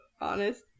honest